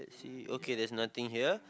see okay there's nothing here